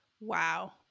Wow